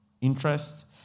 Interest